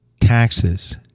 taxes